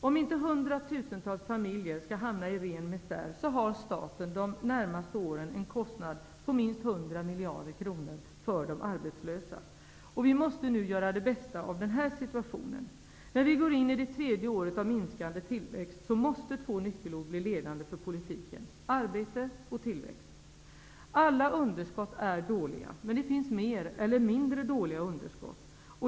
Om inte hundratusentals familjer skall hamna i ren misär kommer staten under de närmaste åren att ha en kostnad på minst 100 miljarder kronor för de arbetslösa. Vi måste nu göra det bästa möjliga av situationen. När vi går in i det tredje året med minskande tillväxt måste två nyckelord bli ledande för politiken: arbete och tillväxt. Alla underskott är dåliga, men det finns mer eller mindre dåliga underskott.